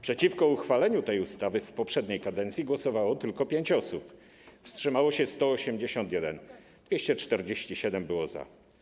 Przeciwko uchwaleniu tej ustawy w poprzedniej kadencji głosowało tylko 5 osób, wstrzymało się 181, 247 było za.